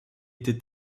été